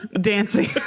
dancing